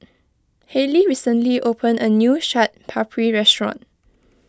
Hallie recently opened a new Chaat Papri restaurant